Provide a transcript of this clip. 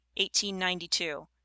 1892